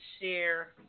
share